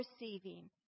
receiving